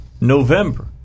November